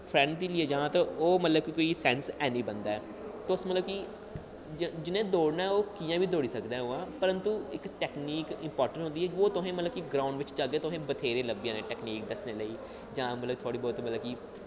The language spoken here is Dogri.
फ्रैंड गी लेइयै जां ते ओह् कोई सैंस ऐनी बनदा ऐ तुस मतलब कि जिनैं दौड़ना ऐ कि'यां बी दौड़ी सकदा ऐ परंतु इक टैकनीक इंपार्टैंट होंदी ऐ कि तुसें ग्राउंड़ बिच्च जाह्गे तुसेंगी बत्हेरे लब्भी जाने टैकनीक दस्सने लेई जां मतलब थोह्ड़ी बौह्त